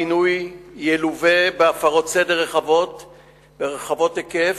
הפינוי ילווה בהפרות סדר רחבות היקף,